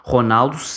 Ronaldo